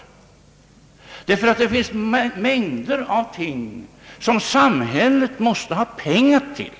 Det finns nämligen mängder av ting som samhället måste ha pengar till.